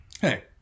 hey